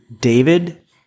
David